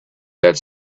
that